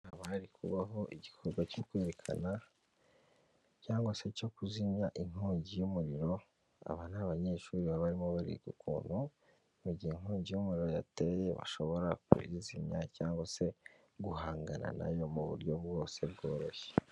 Haba hari kubaho igikorwa cyo kwerekana cyangwa se cyo kuzimya inkongi y'umuriro aba ni abanyeshuri baba barimo bariga ukuntu mu gihe inkongi y'umuriro yateye bashobora kuyizimya cyangwa se guhangana na yo mu buryo bwose bworoshye.